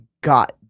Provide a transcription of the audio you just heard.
got